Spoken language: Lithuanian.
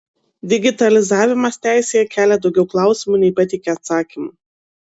digitalizavimas teisėje kelia daugiau klausimų nei pateikia atsakymų